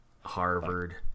Harvard